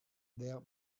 there